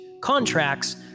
contracts